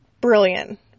brilliant